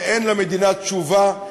ואין למדינה תשובה,